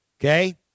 Okay